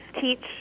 teach